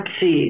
see